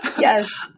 Yes